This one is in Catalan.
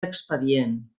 expedient